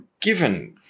given